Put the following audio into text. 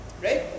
right